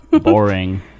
Boring